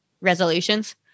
resolutions